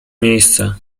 miejsce